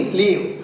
leave